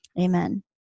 Amen